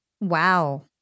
Wow